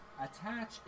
Attach